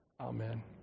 Amen